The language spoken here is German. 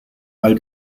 all